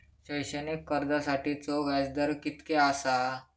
शैक्षणिक कर्जासाठीचो व्याज दर कितक्या आसा?